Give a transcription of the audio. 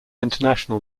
international